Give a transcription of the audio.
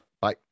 Bye